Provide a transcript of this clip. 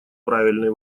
правильный